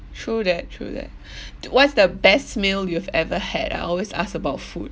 true that true that what is the best meal you've ever had I always ask about food